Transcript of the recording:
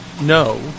no